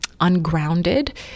ungrounded